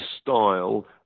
style